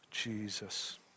Jesus